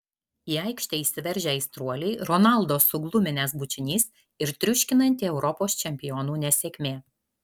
į aikštę įsiveržę aistruoliai ronaldo sugluminęs bučinys ir triuškinanti europos čempionų nesėkmė